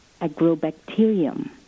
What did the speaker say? agrobacterium